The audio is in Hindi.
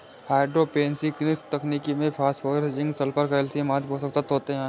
हाइड्रोपोनिक्स तकनीक में फास्फोरस, जिंक, सल्फर, कैल्शयम आदि पोषक तत्व होते है